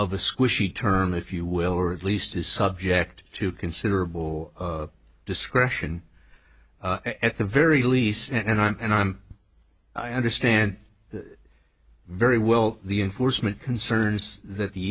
of a squishy term if you will or at least is subject to considerable discretion at the very least and i'm and i'm i understand that very well the enforcement concerns that the